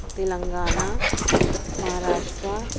Telangana Maharashtra